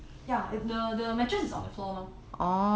ya the the mattress is on the floor lor